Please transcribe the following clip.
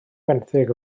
fenthyg